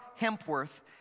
Hempworth